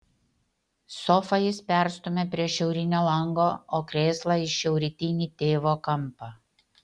sofą jis perstumia prie šiaurinio lango o krėslą į šiaurrytinį tėvo kampą